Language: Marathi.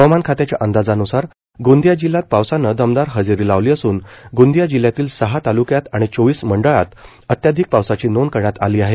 हवामान खात्याच्या अंदाजान्सार गोंदिया जिल्हात पावसानं दमदार हजेरी लावली असून गोंदिया जिल्ह्यातील सहा तालुक्यात आणि चोवीस मंडळात अत्याधिक पावसाची नोंद करण्यात आली आहे